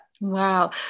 wow